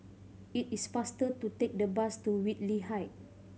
it is faster to take the bus to Whitley Height